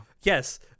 Yes